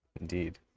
Indeed